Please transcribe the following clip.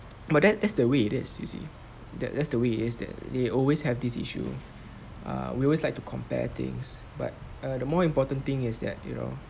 but that that's the way it is you see that's the way it is that they always have this issue err we always like to compare things but ah the more important thing is that you know